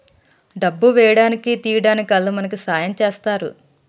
డబ్బు వేయడానికి తీయడానికి ఆల్లు మనకి సాయం చేస్తరు